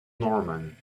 norman